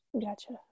Gotcha